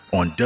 on